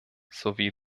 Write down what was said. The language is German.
sowie